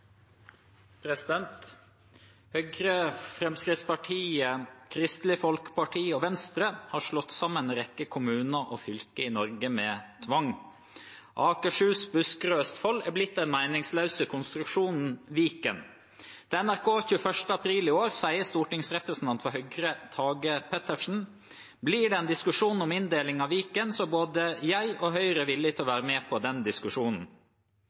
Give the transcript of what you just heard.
blitt den meningsløse konstruksjonen Viken. Til NRK 21. april i år sier stortingsrepresentant for Høyre, Tage Pettersen: «Blir det en diskusjon om inndelingen av Viken, så er både jeg og Høyre villig til å være med på den diskusjonen.»